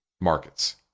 markets